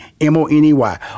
m-o-n-e-y